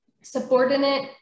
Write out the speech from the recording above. subordinate